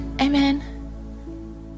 amen